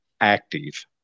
active